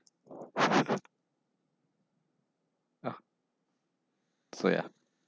oh so yeah